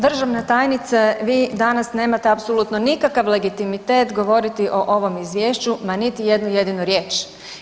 Državna tajnice, vi danas nemate apsolutno nikakav legitimitet govoriti o ovom izvješću, ma niti jednu jedinu riječ.